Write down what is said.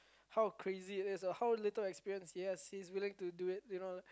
how crazy it is or how little experience he has he's willing to do it you know